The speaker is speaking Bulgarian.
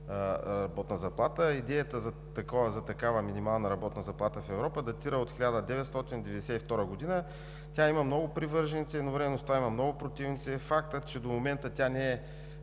работна заплата. Идеята за такава минимална работна заплата в Европа датира от 1992 г. Тя има много привърженици, а едновременно с това има и много противници. Фактът, че до момента тази